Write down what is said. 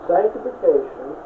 Sanctification